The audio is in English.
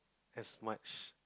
as much